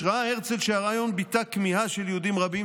משראה הרצל שהרעיון ביטא כמיהה של יהודים רבים,